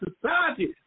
society